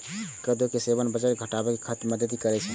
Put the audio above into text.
कोदो के सेवन वजन घटाबै मे मदति करै छै